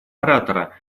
оратора